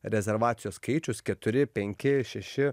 rezervacijos skaičius keturi penki šeši